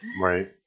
Right